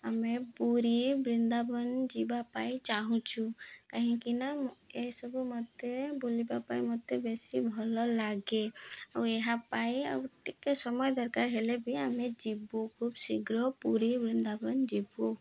ଆମେ ପୁରୀ ବୃନ୍ଦାବନ ଯିବା ପାଇଁ ଚାହୁଁଛୁ କାହିଁକିନା ଏସବୁ ମତେ ବୁଲିବା ପାଇଁ ମତେ ବେଶୀ ଭଲ ଲାଗେ ଆଉ ଏହା ପାଇଁ ଆଉ ଟିକେ ସମୟ ଦରକାର ହେଲେ ବି ଆମେ ଯିବୁ ଖୁବ୍ ଶୀଘ୍ର ପୁରୀ ବୃନ୍ଦାବନ ଯିବୁ